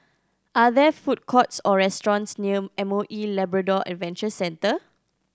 are there food courts or restaurants near M O E Labrador Adventure Centre